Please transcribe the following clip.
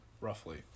roughly